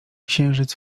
księżyc